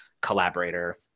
collaborator